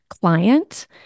client